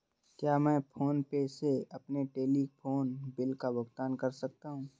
क्या मैं PhonePe से अपने टेलीफोन बिल का भुगतान कर सकता हूँ?